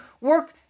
work